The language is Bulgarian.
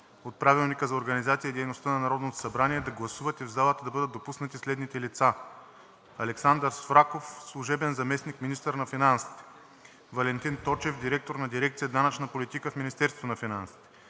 от Правилника за организацията и дейността на Народното събрание да гласувате в залата да бъдат допуснати следните лица: Александър Свраков – служебен заместник-министър на финансите, Валентин Точев – директор на дирекция „Данъчна политика“ в Министерството на финансите,